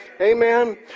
Amen